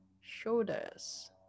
shoulders